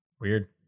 weird